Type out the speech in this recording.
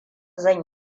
zan